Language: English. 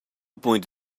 point